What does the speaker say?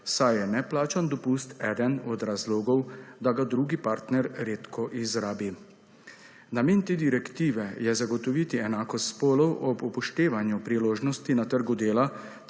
saj je neplačan dopust eden od razlogov, da ga drugi partner redko izrabi. Namen te direktive je zagotoviti enakost spolov ob upoštevanju priložnosti na trgu dela